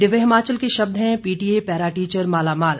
दिव्य हिमाचल के शब्द हैं पीटीए पैरा टीचर मालामाल